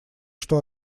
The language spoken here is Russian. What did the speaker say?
что